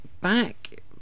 back